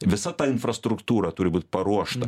visa ta infrastruktūra turi būt paruošta